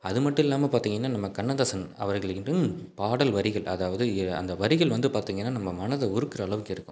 அது மட்டும் இல்லாமல் பார்த்திங்கனா நம்ம கண்ணதாசன் அவர்கள் இடும் பாடல் வரிகள் அதாவது அந்த வரிகள் வந்து பார்த்திங்கனா நம்ம மனதை உருக்குகிற அளவுக்கு இருக்கும்